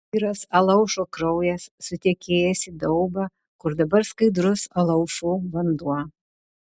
tyras alaušo kraujas sutekėjęs į daubą kur dabar skaidrus alaušų vanduo